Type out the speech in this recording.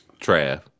Trav